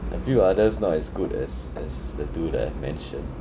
a few others not as good as as the two that I've mentioned